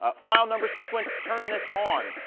ah file number sequence, turn this on.